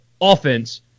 offense